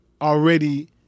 already